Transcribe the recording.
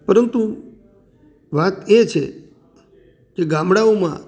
પરંતુ વાત એ છે ગામડાઓમાં